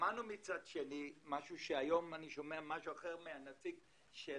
שמענו - היום אני שומע משהו אחר מהנציג של